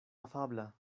afabla